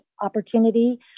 opportunity